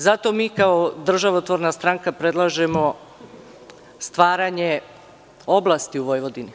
Zato mi kao državotvorna stranka predlažemo stvaranje oblasti u Vojvodini.